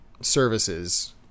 services